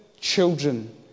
children